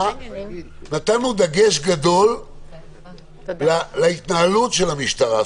נתנו דגש גדול להתנהלות של המשטרה,